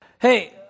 Hey